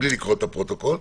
בלי לקרוא את הפרוטוקול.